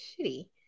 shitty